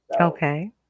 okay